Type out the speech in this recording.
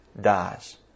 dies